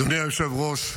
אדוני היושב-ראש,